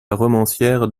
romancière